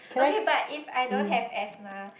okay but if I don't have asthma